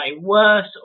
worse